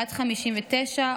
בת 59,